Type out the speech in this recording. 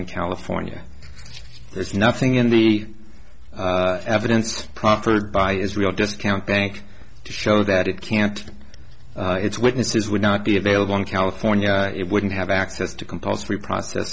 in california there's nothing in the evidence proffered by israel discount bank to show that it can't it's witnesses would not be available in california it wouldn't have access to compulsory process